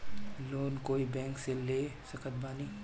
Loan कोई bank से ले सकत बानी?